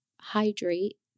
hydrate